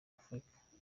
afurika